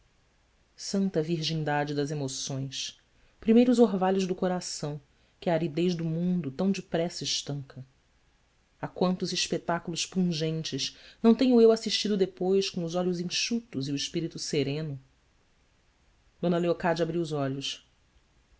olhos santa virgindade das emoções primeiros orvalhos do coração que a aridez do mundo tão depressa estanca a quantos espetáculos pungentes não tenho eu assistido depois com os olhos enxutos e o espírito sereno d leocádia abriu os olhos